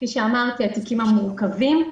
התיקים המורכבים,